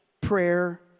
prayer